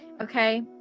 Okay